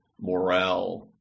morale